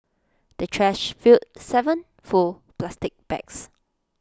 the trash filled Seven full plastic bags